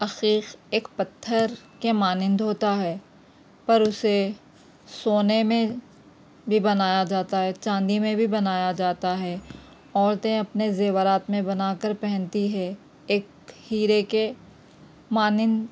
عقیق ایک پتھر کے مانند ہوتا ہے پر اسے سونے میں بھی بنایا جاتا ہے چاندی میں بھی بنایا جاتا ہے عورتیں اپنے زیورات میں بنا کر پہنتی ہے ایک ہیرے کے مانند